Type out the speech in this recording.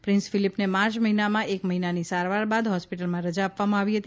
prince ફિલિપને March માહિનામાં એક મહિનાની સારવાર બાદ હોસ્પિટલમાંથી રજા આપવામાં આવી હતી